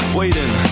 waiting